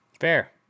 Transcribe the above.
Fair